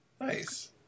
nice